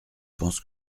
pense